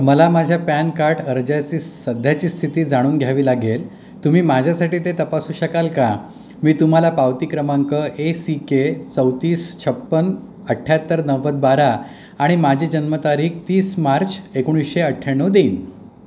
मला माझ्या PAN card अर्जाची सध्याची स्थिती जाणून घ्यावी लागेल तुम्ही माझ्यासाठी ते तपासू शकाल का मी तुम्हाला पावती क्रमांक ए सी के चौतीस छप्पन अठ्ठ्याहत्तर नव्वद बारा आणि माझी जन्मतारीख तीस मार्च एकोणीशे अठ्ठ्याण्णव देईन